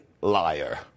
liar